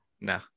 No